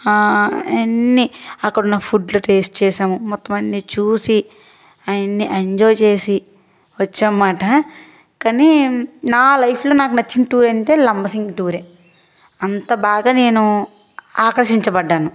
అన్నీ అక్కడున్న ఫుడ్లు టేస్ట్ చేసాము మొత్తమన్నీ చూసి ఆయన్నీ ఎంజాయ్ చేసి వచ్చామాట కానీ నా లైఫ్లో నచ్చిన టూరు అంటే లంబసింగి టూరే అంత బాగా నేను ఆకర్షించబడ్డాను